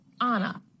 Anna